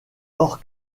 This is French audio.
hors